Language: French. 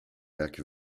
lac